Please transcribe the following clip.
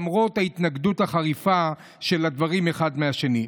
למרות ההתנגדות החריפה אחד לדברים של השני.